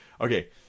Okay